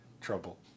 trouble